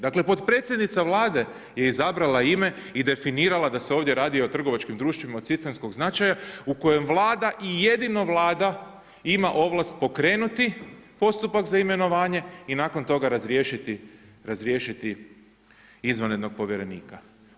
Dakle potpredsjednica Vlade je izabrala ime i definirala da se ovdje radi o trgovačkim društvima od sistemskog značaja u kojem Vlada i jedino Vlada ima ovlast pokrenuti postupak za imenovanje i nakon toga razriješiti izvanrednog povjerenika.